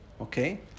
okay